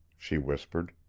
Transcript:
she whispered.